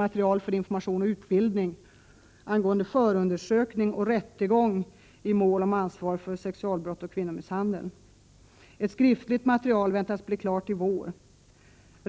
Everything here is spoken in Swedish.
material för information och utbildning angående förundersökning och rättegång i mål om ansvar för sexuella brott och kvinnomisshandel. Ett skriftligt material väntas bli klart i vår.